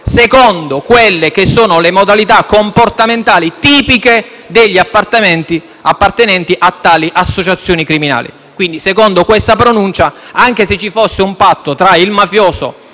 elettorale, secondo le modalità comportamentali tipiche degli appartenenti a tali associazioni criminali. Quindi, secondo questa pronuncia, anche se ci fosse un patto tra il mafioso